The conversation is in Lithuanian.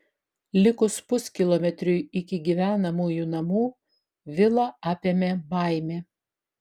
likus puskilometriui iki gyvenamųjų namų vilą apėmė baimė